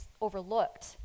overlooked